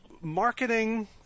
marketing